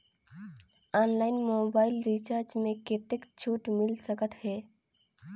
Online mobile recharge मे कतेक छूट मिल सकत हे?